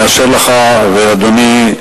נאשר לך, אדוני.